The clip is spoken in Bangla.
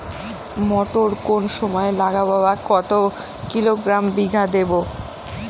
মটর কোন সময় লাগাবো বা কতো কিলোগ্রাম বিঘা দেবো?